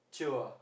chio ah